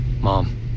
mom